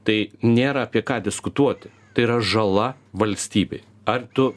tai nėra apie ką diskutuoti tai yra žala valstybei ar tu